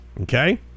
okay